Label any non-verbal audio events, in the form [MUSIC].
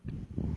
[BREATH]